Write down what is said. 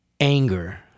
anger